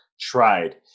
tried